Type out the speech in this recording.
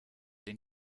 den